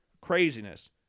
Craziness